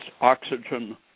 oxygen